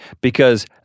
because-